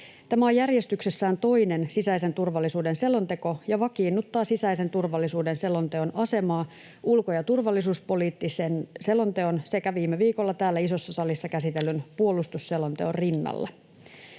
Tämä on järjestyksessään toinen sisäisen turvallisuuden selonteko ja vakiinnuttaa sisäisen turvallisuuden selonteon asemaa ulko‑ ja turvallisuuspoliittisen selonteon sekä viime viikolla täällä isossa salissa käsitellyn puolustusselonteon rinnalla.